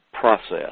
process